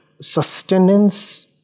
sustenance